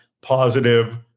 positive